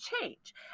change